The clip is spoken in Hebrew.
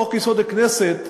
חוק-יסוד: הכנסת,